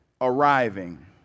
arriving